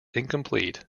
incomplete